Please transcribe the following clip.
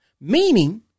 meaning